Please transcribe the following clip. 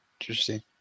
Interesting